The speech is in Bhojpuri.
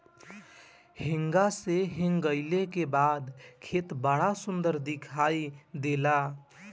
हेंगा से हेंगईले के बाद खेत बड़ा सुंदर दिखाई देला